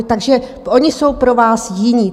Takže oni jsou pro vás jiní.